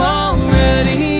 already